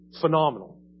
Phenomenal